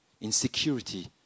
insecurity